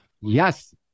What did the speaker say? yes